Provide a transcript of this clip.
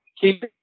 keep